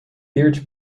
birch